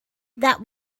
that